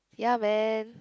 ya man